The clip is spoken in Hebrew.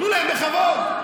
תנו להם, בכבוד.